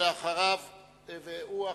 אחרון הדוברים,